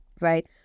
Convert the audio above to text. right